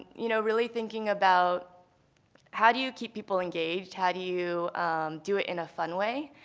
you know really thinking about how do you keep people engaged, how do you do it in a fun way.